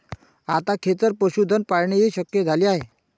आता खेचर पशुधन पाळणेही शक्य झाले आहे